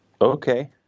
Okay